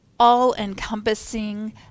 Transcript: all-encompassing